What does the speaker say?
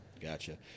Gotcha